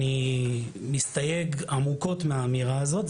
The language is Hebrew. אני מסתייג עמוקות מהאמירה הזאת.